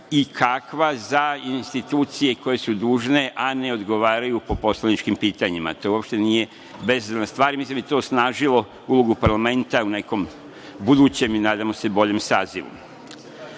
i kakva za institucije koje su dužne, a ne odgovaraju po poslaničkim pitanjima? To uopšte nije bezvezna stvar i mislim da bi to osnažilo ulogu parlamenta u nekom budućem i nadamo se boljem sazivu.S